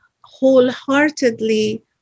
wholeheartedly